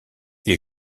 est